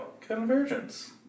Convergence